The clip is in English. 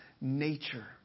nature